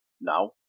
Now